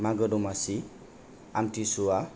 मागो दौमासि आमथि सुवा